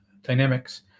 dynamics